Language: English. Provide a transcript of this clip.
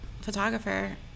photographer